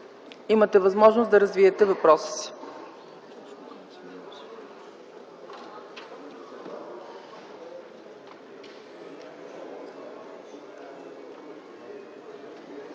имате възможност да развиете въпроса си.